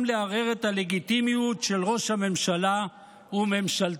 לערער את הלגיטימיות של ראש הממשלה וממשלתו.